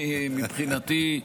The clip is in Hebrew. מבחינתי,